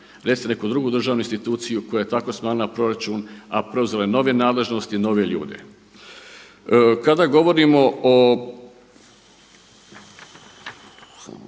Recite neku drugu državnu instituciju koja je tako smanjila proračun, a preuzela je nove nadležnosti, nove ljude. Kada govorimo o